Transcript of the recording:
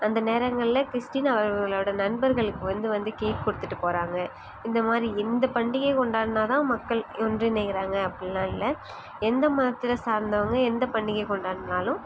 அந்த நேரங்களில் கிறிஸ்டின் அவர்களோடய நண்பர்களுக்கு வந்து வந்து கேக் கொடுத்துட்டு போகிறாங்க இந்த மாதிரி இந்த பண்டிகை கொண்டாடினா தான் மக்கள் ஒன்றிணைகிறாங்கள் அப்பிடில்லா இல்லை எந்த மதத்தில் சார்ந்தவங்க எந்த பண்டிகை கொண்டாடினாலும்